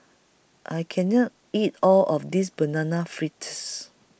I Can not eat All of This Banana Fritters